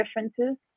differences